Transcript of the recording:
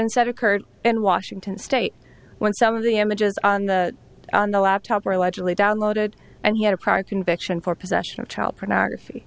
instead occurred in washington state when some of the images on the on the laptop were allegedly downloaded and he had a prior conviction for possession of child pornography